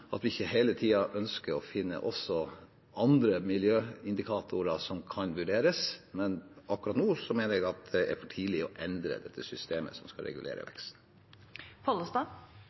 at vi ikke hele tiden ønsker å finne også andre miljøindikatorer som kan vurderes, men akkurat nå mener jeg at det er for tidlig å endre dette systemet som skal regulere